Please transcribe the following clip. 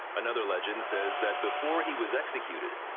another legend says that before he was executed,